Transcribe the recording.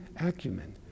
acumen